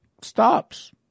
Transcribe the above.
stops